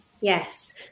Yes